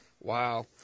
Wow